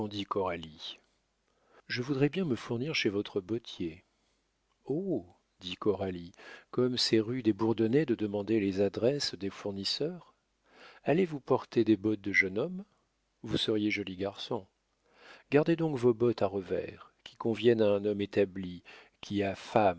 je voudrais bien me fournir chez votre bottier oh dit coralie comme c'est rue des bourdonnais de demander les adresses des fournisseurs allez-vous porter des bottes de jeune homme vous seriez joli garçon gardez donc vos bottes à revers qui conviennent à un homme établi qui a